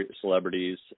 celebrities